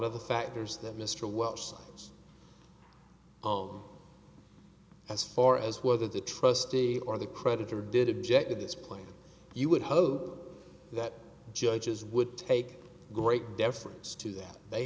of the factors that mr welch signs of as far as whether the trustee or the creditor did object at this point you would hope that judges would take great deference to that they